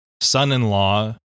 son-in-law